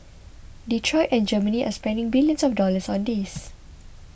Detroit and Germany are spending billions of dollars on this